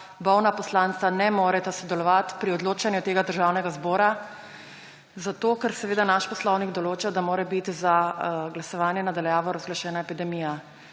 bolna poslanca ne moreta sodelovati pri odločanju tega državnega zbora, zato ker seveda naš poslovnik določa, da mora biti za glasovanje na daljavo razglašena epidemija.